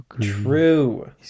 True